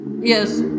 Yes